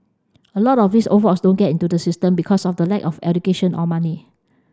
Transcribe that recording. a lot of these old folks don't get into the system because of the lack of education or money